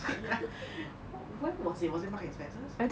ya wher~ where was it was it Marks and Spencer